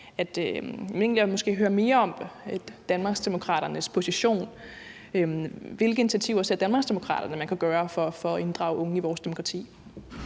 at høre mere om Danmarksdemokraternes position. Hvilke initiativer ser Danmarksdemokraterne man kan tage for at inddrage unge i vores demokrati?